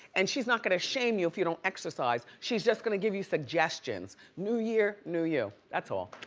and she's not gonna shame you if you don't exercise. she's just gonna give you suggestions. new year, new you, that's all.